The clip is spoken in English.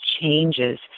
changes